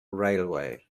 railway